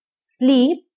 Sleep